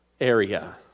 area